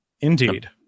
indeed